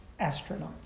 astronauts